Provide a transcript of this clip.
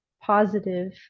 positive